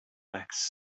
lacks